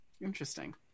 interesting